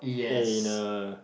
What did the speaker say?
in a